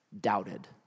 doubted